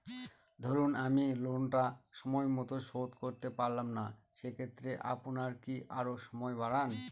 ধরুন আমি লোনটা সময় মত শোধ করতে পারলাম না সেক্ষেত্রে আপনার কি আরো সময় বাড়ান?